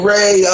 Ray